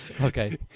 Okay